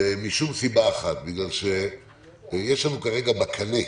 משום סיבה אחת, בגלל שיש לנו כרגע בקנה,